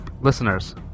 listeners